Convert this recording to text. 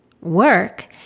work